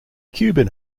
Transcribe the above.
cuban